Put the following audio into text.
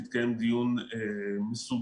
התקיים דיון מסודר,